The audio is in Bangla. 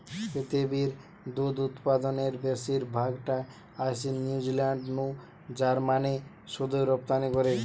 পৃথিবীর দুধ উতপাদনের বেশির ভাগ টা আইসে নিউজিলান্ড নু জার্মানে শুধুই রপ্তানি করে